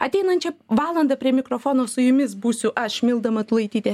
ateinančią valandą prie mikrofono su jumis būsiu aš milda matulaitytė